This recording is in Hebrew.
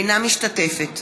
אינה משתתפת